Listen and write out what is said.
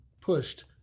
pushed